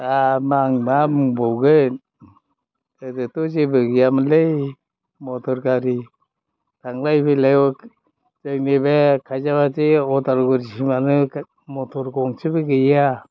आं मा बुंबावगोन ओरैथ' जेबो गैयामोनलै मथर गारि थांलाय फैलायाव जोंनि बे खायजामाटि उदालगुरिसिमआनो मथर गंसेबो गैया